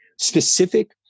specific